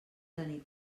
tenir